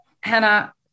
Hannah